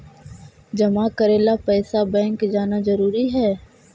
जमा करे ला पैसा बैंक जाना जरूरी है?